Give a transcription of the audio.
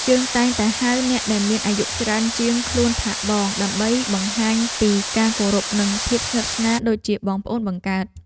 យើងតែងតែហៅអ្នកដែលមានអាយុច្រើនជាងខ្លួនថាបង ដើម្បីបង្ហាញពីការគោរពនិងភាពស្និទ្ធស្នាលដូចជាបងប្អូនបង្កើត។